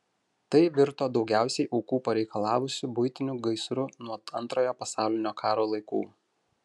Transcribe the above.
tai virto daugiausiai aukų pareikalavusiu buitiniu gaisru nuo antrojo pasaulinio karo laikų